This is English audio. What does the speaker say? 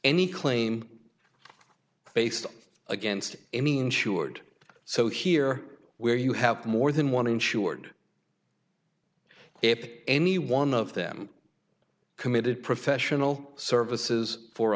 any claim based against a mean sure so here where you have more than one insured if any one of them committed professional services for